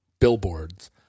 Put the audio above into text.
billboards